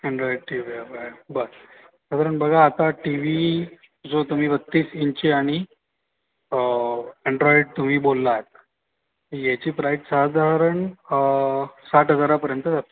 Android T V हवा आहे बरं साधारण बघा आता टी वी जो तुम्ही बत्तीस इंची आणि अँड्रॉइड तुम्ही बोललात याची प्राईज साधारण साठ हजारापर्यंत जाते